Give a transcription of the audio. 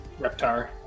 Reptar